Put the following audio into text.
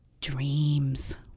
dreams